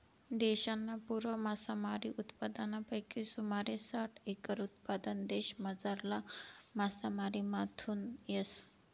देशना पुरा मासामारी उत्पादनपैकी सुमारे साठ एकर उत्पादन देशमझारला मासामारीमाथून येस